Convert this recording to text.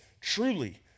Truly